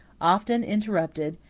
often interrupted,